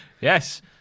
Yes